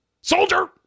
Soldier